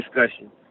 discussion